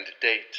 date